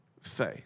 faith